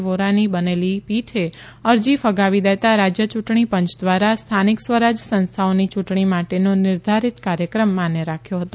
વોરાની બનેલી પીઠે અરજી ફગાવી દેતાં રાજય ચુંટણી પંચ ધ્વારા સ્થાનિક સ્વરાજય સંસ્થાઓની યુંટણી માટેનો નિર્ધારીત કાર્યક્રમ માન્ય રાખ્યો હતો